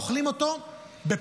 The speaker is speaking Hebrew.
אוכלים אותו בפסח,